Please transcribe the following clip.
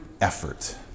effort